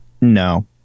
No